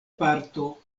parto